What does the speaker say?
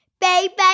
Baby